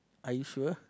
are you sure